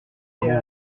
comment